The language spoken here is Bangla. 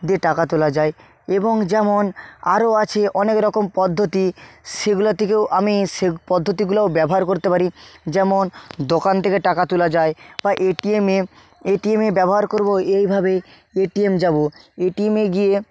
দিয়ে টাকা তোলা যায় এবং যেমন আরো আছে অনেক রকম পদ্ধতি সেগুলো থেকেও আমি সে পদ্ধতিগুলোও ব্যবহার করতে পারি যেমন দোকান থেকে টাকা তুলা যায় বা এটিএমে এটিএমে ব্যবহার করব এইভাবে এটিএম যাব এটিএমে গিয়ে